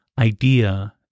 idea